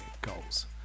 goals